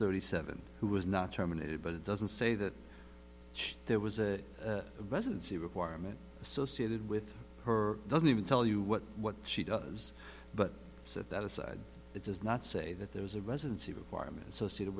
thirty seven who was not terminated but it doesn't say that there was a residency requirement associated with her doesn't even tell you what what she does but set that aside it does not say that there was a residency requirement associated